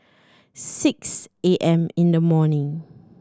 six A M in the morning